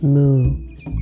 moves